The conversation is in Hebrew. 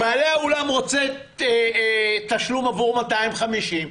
בעלי האולם רוצה תשלום עבור 250,